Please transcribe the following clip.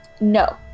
No